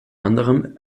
anderem